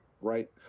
right